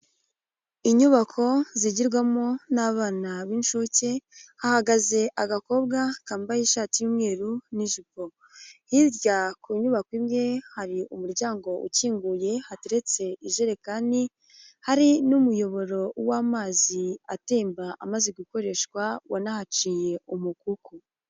Inyubako zigirwamo n'abana b'incuke, hahagaze agakobwa kambaye ishati y'umweru n'ijipo, hirya ku nyubako imwe, hari umuryango ukinguye, hateretse ijerekani, hari n'umuyoboro w'amazi atemba amaze gukoreshwa wanahaciye umukuku.